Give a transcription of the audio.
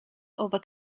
over